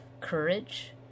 courage